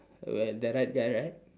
the right guy right